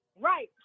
Right